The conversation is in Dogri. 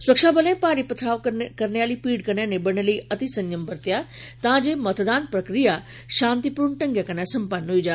स्रक्षाबलें भारी पत्थराव करने आली भीड़ कन्नै निबड़ने लेई अति संयम बरतेया तां जे मतदान प्रक्रिया शांतिपूर्ण ढंगै कन्नै सम्पन्न होई जा